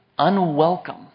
unwelcome